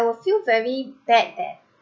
I'll feel very bad there